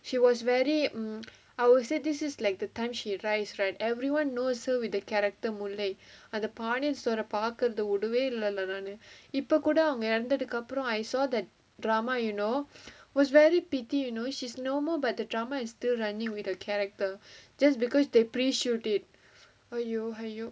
she was very mm I would say this is like the time she rise right everyone knows her with the character mullai அந்த:antha பாக்குறத உடவே இல்ல:paakkuratha udavae illa lah நானு இப்ப கூட அவங்க இறந்ததுக்கு அப்புறம்:naanu ippa kooda avanga iranthathukku appuram I saw that drama you know it was very pity you know she no more but the drama is still running with her character just because they preshoot it !aiyo! !aiyo!